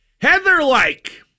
Heather-like